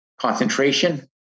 concentration